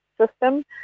system